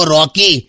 Rocky